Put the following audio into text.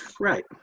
Right